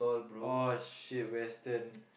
oh shit western